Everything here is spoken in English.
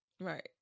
Right